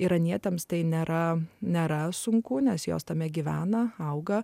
iranietėms tai nėra nėra sunku nes jos tame gyvena auga